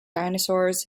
dinosaurs